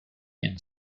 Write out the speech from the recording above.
and